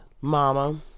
Mama